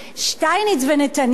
שטייניץ ונתניהו,